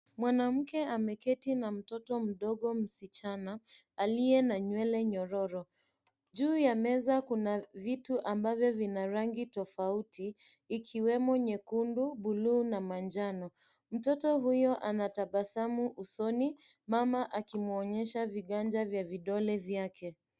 Mwanamke ameketi na mtoto mdogo msichana aliye na nywele nyororo. Juu ya meza kuna vitu ambavyo vina rangi tofauti ikiwemo nyekundu bluu na manjano mtoto huyo anatabasamu usoni mama aki muonyesha viganja vya vidole vyake.